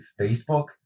Facebook